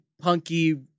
punky